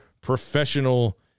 professional